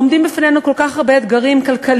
עומדים בפנינו כל כך הרבה אתגרים כלכליים,